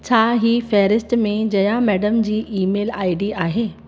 छा हिन फ़हिरिस्त में Jaya madam ji email I D आहे